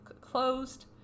closed